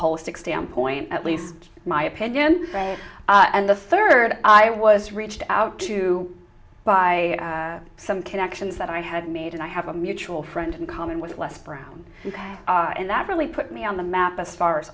holistic standpoint at least my opinion and the third i was reached out to by some connections that i had made and i have a mutual friend in common with les brown and that really put me on the map as far as